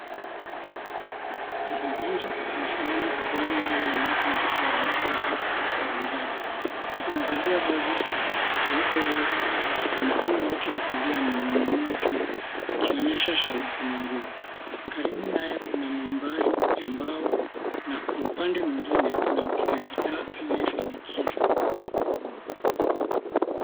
Mhubiri amesimama jukwaani mbele ya umati mkubwa wa watu waliofurika uwanjani. Amevalia vazi jeupe refu na mkono wake wa kulia ameuinua juu akionyesha shauku na nguvu karibu naye kuna mimbari ya mbao na upande mwingine mpiga gitaa anayesindikiza.